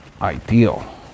ideal